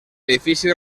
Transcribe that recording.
edifici